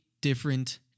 different